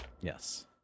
Yes